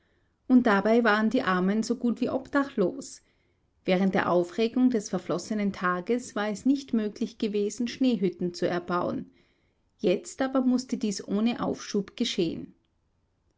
und dabei waren die armen so gut wie obdachlos während der aufregung des verflossenen tages war es nicht möglich gewesen schneehütten zu erbauen jetzt aber mußte dies ohne aufschub geschehen